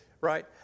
right